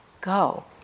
go